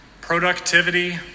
productivity